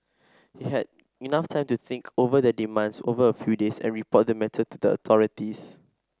he had enough time to think over their demands over a few days and report the matter to the authorities